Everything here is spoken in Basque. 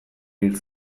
hil